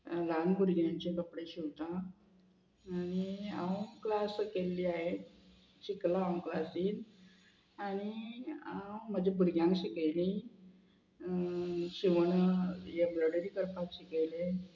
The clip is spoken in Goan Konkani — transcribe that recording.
ल्हान भुरग्यांचे कपडे शिंवता आनी हांव क्लास केल्ली हांवें शिकलां हांव क्लासीन आनी हांव म्हज्या भुरग्यांक शिकयली शिवण एम्ब्रॉयडरी करपाक शिकयलें